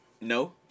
No